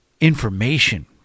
information